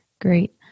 Great